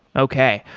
okay.